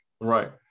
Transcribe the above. right